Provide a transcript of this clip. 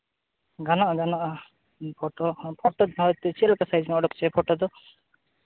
ᱜᱟᱱᱚᱜᱼᱟ ᱜᱟᱱᱚᱜᱼᱟ photo photo ᱪᱮᱫ ᱞᱮᱠᱟ ᱥᱟᱭᱤᱡᱽ ᱚᱰᱚᱠ ᱦᱚᱪᱚᱭᱟ ᱯᱷᱳᱴᱳ ᱫᱚ